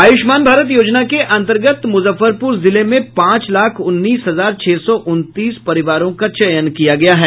आयुष्मान भारत योजना के अंतर्गत मुजफ्फरपुर जिले में पांच लाख उन्नीस हजार छह सौ उनतीस परिवारों का चयन किया गया है